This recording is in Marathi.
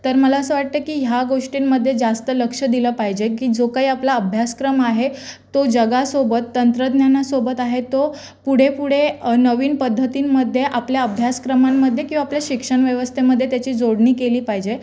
तर मला असं वाटतं की ह्या गोष्टींमध्ये जास्त लक्ष दिलं पाहिजे की जो काही आपला अभ्यासक्रम आहे तो जगासोबत तंत्रज्ञानासोबत आहे तो पुढे पुढे नवीन पद्धतीमध्ये आपल्या अभ्यासक्रमांमध्ये किंवा आपल्या शिक्षण व्यवस्थेमध्ये त्याची जोडणी केली पाहिजे